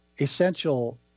essential